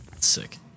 Sick